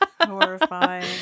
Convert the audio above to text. Horrifying